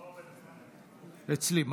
אצלי.